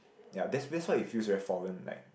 ya that's that's why it feels very foreign like